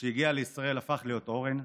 שכשהגיע לישראל הפך להיות אורן.